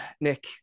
Nick